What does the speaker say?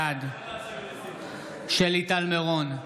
בעד שלי טל מירון,